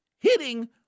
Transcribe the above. Hitting